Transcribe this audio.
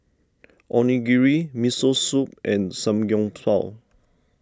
Onigiri Miso Soup and Samgyeopsal